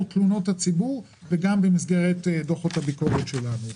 תלונות הציבור ובמסגרת דוחות הביקורת שלנו.